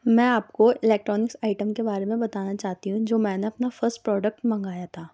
میں آپ کو الیکٹرانکس آئٹم کے بارے میں بتانا چاہتی ہوں جو میں نے اپنا فسٹ پروڈکٹ منگایا تھا